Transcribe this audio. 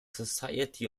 society